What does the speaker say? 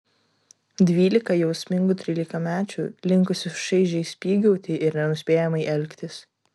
dvylika jausmingų trylikamečių linkusių šaižiai spygauti ir nenuspėjamai elgtis